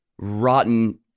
rotten